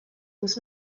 was